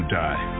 die